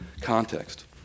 context